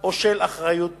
או של אחריות פלילית.